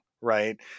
right